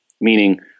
meaning